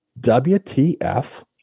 WTF